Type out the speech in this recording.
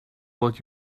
what